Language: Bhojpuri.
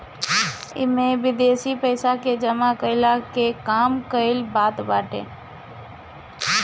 इमे विदेशी पइसा के जमा कईला के काम कईल जात बाटे